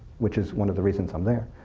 which is one of the reasons some there.